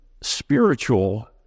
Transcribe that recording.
spiritual